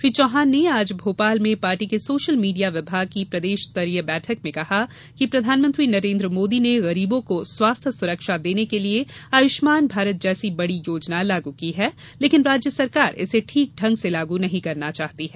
श्री चौहान ने आज भोपाल में पार्टी के सोशल मीडिया विभाग की प्रदेश स्तरीय बैठक में कहा कि प्रधानमंत्री नरेन्द्र मोदी ने गरीबों को स्वास्थ्य सुरक्षा देने के लिये आयुष्मान भारत जैसी बड़ी योजना लागू की है लेकिन राज्य सरकार इसे ठीक ढंग से लागू नहीं करना चाहती है